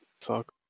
Talk